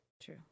true